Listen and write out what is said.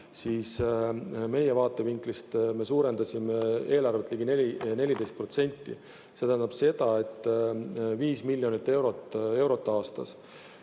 meie vaatevinklist me suurendasime eelarvet ligi 14%. See tähendab 5 miljonit eurot aastas.